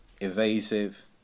evasive